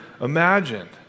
imagined